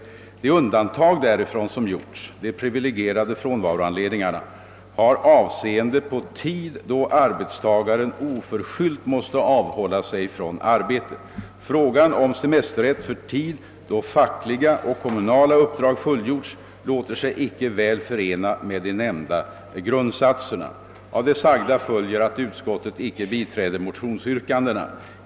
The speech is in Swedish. De undantag därifrån som gjorts — de privilegierade frånvaroanledningarna — har avseende på tid då arbetstagaren oförskyllt måst avhålla sig från arbete. Frågan om semesterrätt för tid då fackliga och kommunala uppdrag fullgjorts låter sig icke väl förena med de nämnda grundsatserna. ——— Av det sagda följer att utskottet icke biträder motionsyrkandena.